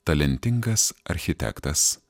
talentingas architektas